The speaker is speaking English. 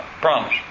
promise